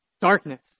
darkness